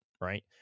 right